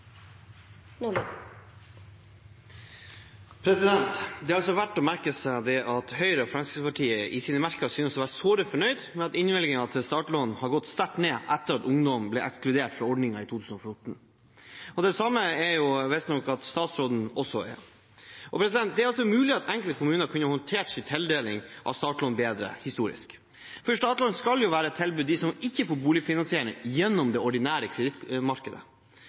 Fremskrittspartiet i sine merknader synes å være såre fornøyd med at innvilgningen av startlån har gått sterkt ned etter at ungdom ble ekskludert fra ordningen i 2014. Det virker det som statsråden også er. Det er mulig at enkelte kommuner kunne håndtert sin tildeling av startlån bedre historisk. Startlån skal jo være et tilbud til dem som ikke får boligfinansiering gjennom det ordinære kredittmarkedet.